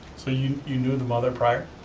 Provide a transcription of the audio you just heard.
so you you knew the mother prior?